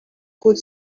could